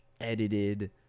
edited